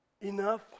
enough